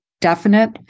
definite